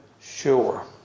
sure